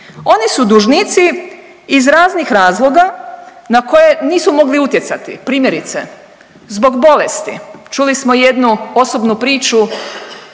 oni su dužnici iz raznih razloga na koje nisu mogli utjecati. Primjerice zbog bolesti, čuli smo jednu osobnu priču